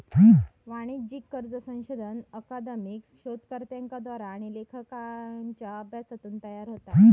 वाणिज्यिक कर्ज संशोधन अकादमिक शोधकर्त्यांच्या द्वारा आणि लेखाकारांच्या अभ्यासातून तयार होता